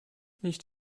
nicht